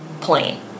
plane